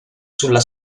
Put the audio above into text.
sulla